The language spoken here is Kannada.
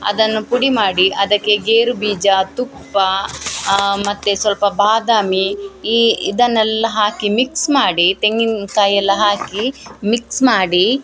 ಅದನ್ನು ಪುಡಿ ಮಾಡಿ ಅದಕ್ಕೆ ಗೇರುಬೀಜ ತುಪ್ಪ ಮತ್ತು ಸ್ವಲ್ಪ ಬಾದಾಮಿ ಈ ಇದನ್ನೆಲ್ಲ ಹಾಕಿ ಮಿಕ್ಸ್ ಮಾಡಿ ತೆಂಗಿನಕಾಯೆಲ್ಲ ಹಾಕಿ ಮಿಕ್ಸ್ ಮಾಡಿ